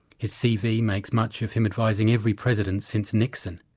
his cv makes much of him advising every president since nixon.